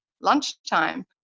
lunchtime